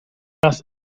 tras